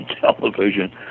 television